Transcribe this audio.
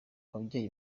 ababyeyi